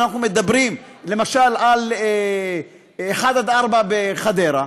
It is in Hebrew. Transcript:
אנחנו מדברים למשל על 1 4 בחדרה,